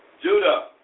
Judah